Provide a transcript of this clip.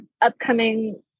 upcoming